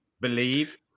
believe